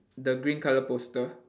the green colour poster